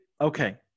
okay